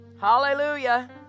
Hallelujah